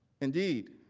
indeed,